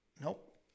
Nope